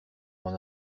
mon